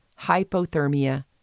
hypothermia